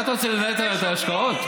מה אתה רוצה, לנהל את ההשקעות?